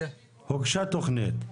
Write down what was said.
הוגשה תכנית,